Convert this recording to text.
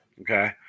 Okay